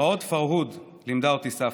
פרעות פרהוד, לימדה אותי סבתא.